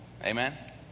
Amen